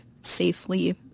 safely